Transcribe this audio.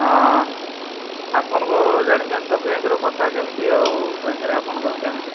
ହଁ ଆପଣଙ୍କ ତ ଜାଣିଛନ୍ତି ବ୍ୟାଙ୍କ୍ର କଥା କେମିତି ଆଉ ବ୍ୟାଙ୍କ୍ରେ ଆପଣଙ୍କର କେମିତି